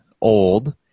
old